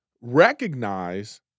recognize